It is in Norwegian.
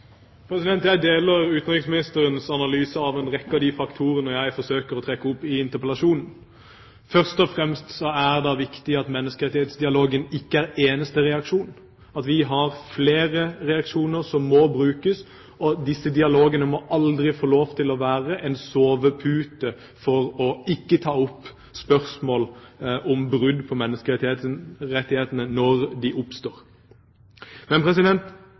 Jeg deler utenriksministerens analyse av en rekke av de faktorene jeg forsøker å trekke opp i interpellasjonen. Først og fremst er det viktig at menneskerettighetsdialogene ikke er eneste reaksjon – at vi har flere reaksjoner som må brukes. Disse dialogene må aldri få lov til å være en sovepute for ikke å ta opp spørsmål om brudd på menneskerettighetene når de oppstår. Men